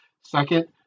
Second